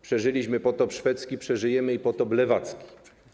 Przeżyliśmy potop szwedzki, przeżyjemy i potop lewacki.